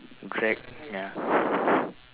drag ya